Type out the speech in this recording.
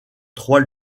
trois